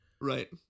Right